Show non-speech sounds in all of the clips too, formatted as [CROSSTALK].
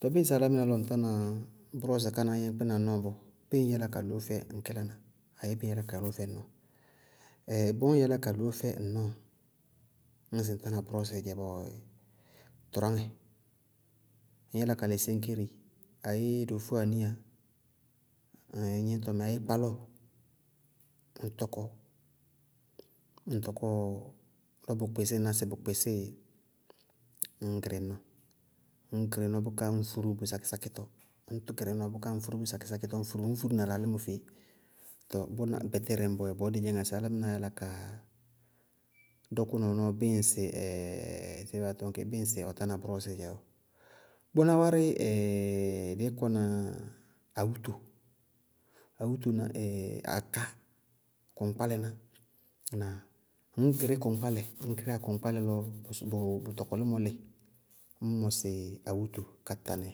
Tɔɔ bɩɩ ŋsɩ álámɩná lɔ ŋtána brɔɔsɩ ká na ñyɛ ŋñ kpína ŋ nɔɔ bɔɔ, béé ŋñ yála ka loó fɛ ŋ nɔɔ? [HESITATION] bɔɔɔ ññ yálá ka loó fɛ ŋ nɔɔ bíɩ ŋsɩ ŋ tána brɔɔsɩí dzɛ, tɔráŋɛ. Ŋñ yála ka lɛ séñkéri ayyéé dofóaniya ɛɛin gníñtɔmɛ ayé kpálɔɔ, ŋñ tɔkɔ, ñŋ ŋ tɔkɔɔ lɔ bʋ kpɩsíɩ ŋná sɩ bʋ kpɩsíɩ, [NOISE] ññ gɩrɩ ŋ nɔɔ, ññ gɩrɩ ŋ nɔɔ bʋká ŋñ furu bʋ sakɩ-sákítɔ, ññ gɩrɩ ŋ nɔɔ bʋká ŋñ furu bʋ sakɩsákítɔ, ŋñ furu na bʋ lalímɔ feé. Tɔɔ bʋná gbɛtɛrɛ ñbɔɔyɛ bɔɔ dí dzɩñŋá sɩ álámɩnáá yála ka dɔkʋ na ɔ nɔɔ bíɩ ŋsɩ [HESITATION] sɩbééé baá tɔñ kɩ, bíɩ ŋsɩ ɔ tána brɔɔsɩí dzɛ bɔɔ. Bʋná wárí, [HESITATION] dɩí kɔna awúto, awúto na [HESITATION] aká kʋŋkpálɛná, ŋnáa? Ŋñ gɩrí kʋŋkpálɛ, ñ gɩríyá kʋŋkpálɛ, ñ gɩríyá kʋŋkpálɛ lɔ bʋ sʋmɔ bʋ bʋ tɔkɔlímɔ líɩ, ññ mɔsɩ awúto ka tanɩ,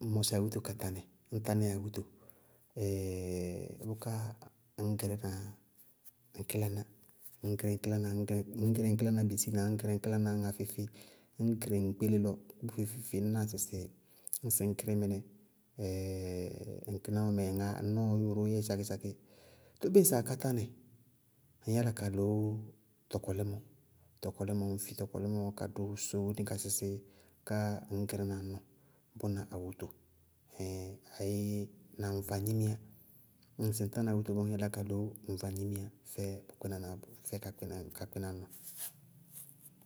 ññ mɔsɩ awúto ka tanɩ ñ taníyá awúto [HESITATION] bʋká ŋñ gɩrína ŋ kílanà, ŋñ gɩrí na ŋ kílanà bisína ŋñ gɩrína ŋ kílanà ma feé- feé, ññ gɩrɩ ŋŋkpéle lɔ bʋ feé- feé, ŋñ ná sɩsɩ ñŋ gɩrí mɩnɛ [HESITATION] ŋ kílanà mɛ ŋaá ŋ nɔɔ róó yɛ sákísákí. Bíɩ ŋsɩ aká tá nɩ? Ŋñ yála ka loó tɔkɔlɩmɔ. Tɔkɔlímɔ ŋñ fi tɔkɔlɩmɔ ka dʋ sóóni ka sísí bʋká ŋñ gɩrí na ŋ nɔɔ bʋna awúto ɛɛŋ ayéé na ŋ vagnimiyá, ñŋ sɩ ŋ tána awúto bɔɔ, ŋñ yála ka loó ŋ vagnimiyá fɛ ŋ kílanà ka kpɩná nɔɔ. [NOISE]